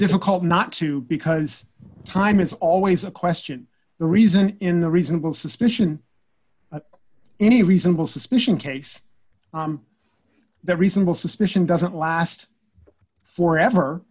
difficult not to because time is always a question the reason in the reasonable suspicion that any reasonable suspicion case that reasonable suspicion doesn't last for